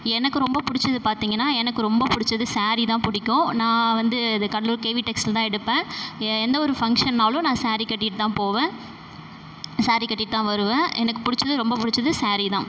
எனக்கு ரொம்ப பிடிச்சது பார்த்தீங்கன்னா எனக்கு ரொம்ப பிடிச்சது ஸேரீ தான் பிடிக்கும் நான் வந்து இது கடலூர் கே வி டெக்ஸ்டைலில் தான் எடுப்பேன் ஏ எந்த ஒரு ஃபங்க்ஷன்னாலும் நான் ஸேரீ கட்டிகிட்டு தான் போவேன் ஸேரீ கட்டிகிட்டு தான் வருவேன் எனக்கு பிடிச்சது ரொம்ப பிடிச்சது ஸேரீ தான்